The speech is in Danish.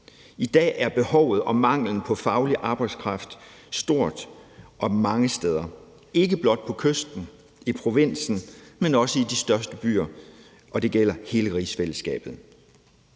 I dag er behovet for og manglen på faglig arbejdskraft stort mange steder, ikke blot på kysten, i provinsen, men også i de største byer, og det gælder hele rigsfællesskabet.